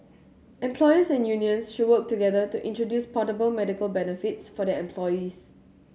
employers and unions should work together to introduce portable medical benefits for their employees